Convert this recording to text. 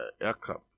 aircraft